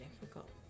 difficult